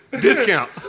Discount